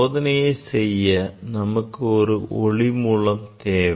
சோதனையை செய்ய நமக்கு ஒரு ஒளி மூலம் தேவை